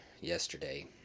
yesterday